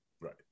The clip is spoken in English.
right